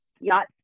yacht